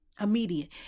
immediate